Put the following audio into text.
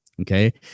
Okay